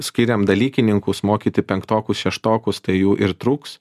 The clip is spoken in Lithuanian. skiriam dalykininkus mokyti penktokus šeštokus tai jų ir trūks